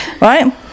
right